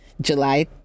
July